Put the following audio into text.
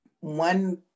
One